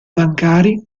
bancari